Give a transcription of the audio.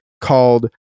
called